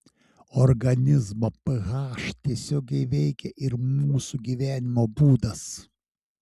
organizmo ph tiesiogiai veikia ir mūsų gyvenimo būdas